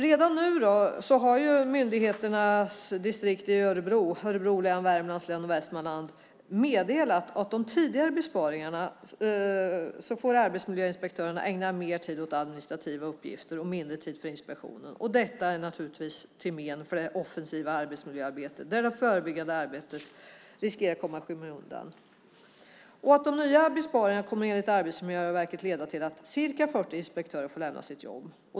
Redan nu har myndigheternas distrikt i Örebro län, Värmlands län och Västmanland meddelat att med de tidigare besparingarna får arbetsmiljöinspektörerna ägna mer tid åt administrativa uppgifter och mindre tid åt inspektion. Detta är naturligtvis till men för det offensiva arbetsmiljöarbetet där det förebyggande arbetet riskerar att komma i skymundan. De nya besparingarna kommer enligt Arbetsmiljöverket att leda till att ca 40 inspektörer får lämna sitt jobb.